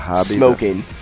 Smoking